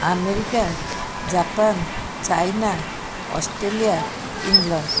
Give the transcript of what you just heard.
America Japan China Australia England